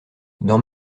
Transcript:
dans